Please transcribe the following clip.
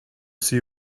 see